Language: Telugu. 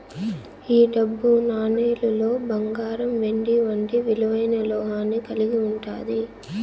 ఈ డబ్బు నాణేలులో బంగారం వెండి వంటి విలువైన లోహాన్ని కలిగి ఉంటాది